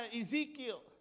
Ezekiel